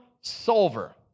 solver